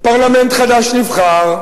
ופרלמנט חדש נבחר.